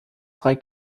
drei